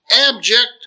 abject